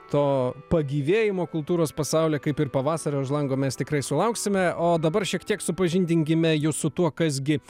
to pagyvėjimo kultūros pasaulyje kaip ir pavasario už lango mes tikrai sulauksime o dabar šiek tiek supažindinkime jus su tuo kas gi